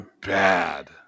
bad